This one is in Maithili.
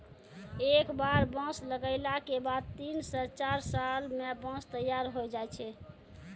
एक बार बांस लगैला के बाद तीन स चार साल मॅ बांंस तैयार होय जाय छै